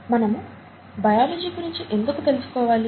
మనము బయాలజీ గురించి ఎందుకు తెలుసుకోవాలి